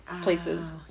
places